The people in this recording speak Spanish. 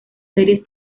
series